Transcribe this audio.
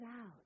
out